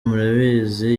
murabizi